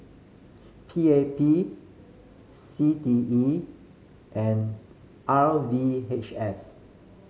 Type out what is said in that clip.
P A P C T E and R V H S